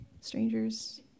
strangers